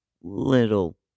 Little